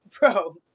bro